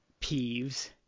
peeves